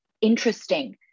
interesting